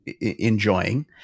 enjoying